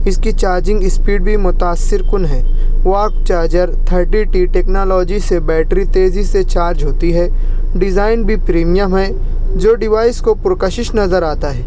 اس کی charging speed بھی متاثرکن ہے warp charger thirty T technology سے بیٹری تیزی سے چارج ہوتی ہے ڈیزائن بھی پریمیم ہے جو ڈوائس کو پرکشش نظر آتا ہے